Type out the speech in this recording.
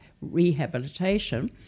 rehabilitation